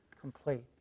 complete